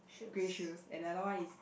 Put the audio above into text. grey shoes and the other one is